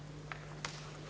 Hvala